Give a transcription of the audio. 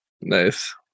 nice